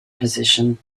position